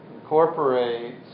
incorporate